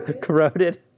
Corroded